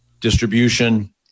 distribution